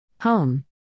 Home